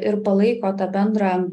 ir palaiko tą bendrą